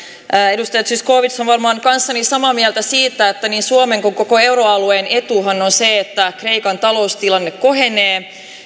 edustaja zyskowicz on varmaan kanssani samaa mieltä siitä että niin suomen kuin koko euroalueen etuhan on se että kreikan taloustilanne kohenee